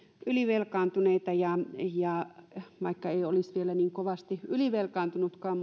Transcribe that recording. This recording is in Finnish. ylivelkaantuneita ja vaikka ei olisi vielä niin kovasti ylivelkaantunutkaan